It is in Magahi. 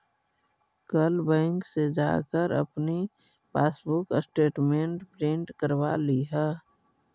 कल बैंक से जाकर अपनी पासबुक स्टेटमेंट प्रिन्ट करवा लियह